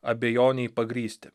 abejonei pagrįsti